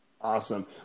Awesome